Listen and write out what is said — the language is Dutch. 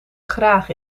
graag